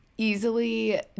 easily